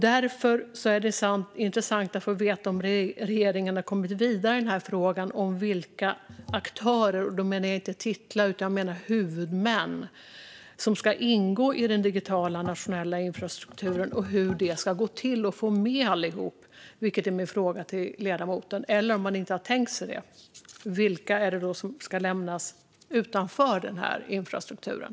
Därför vore det intressant att få veta om regeringen har kommit vidare i frågan om vilka aktörer - inte titlar utan huvudmän - som ska ingå i den digitala nationella infrastrukturen och hur det ska gå till att få med allihop, vilket är min fråga till ledamoten. Om man inte har tänkt sig det, vilka är det då som ska lämnas utanför den här infrastrukturen?